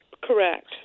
Correct